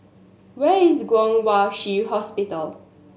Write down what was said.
where is Kwong Wai Shiu Hospital